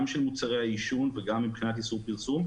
של מוצרי העישון וגם מבחינת איסור פרסום.